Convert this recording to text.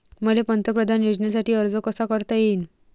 मले पंतप्रधान योजनेसाठी अर्ज कसा कसा करता येईन?